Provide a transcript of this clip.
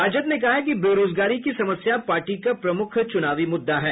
राजद ने कहा है कि बेरोजगारी की समस्या पार्टी का प्रमुख चुनावी मुद्दा है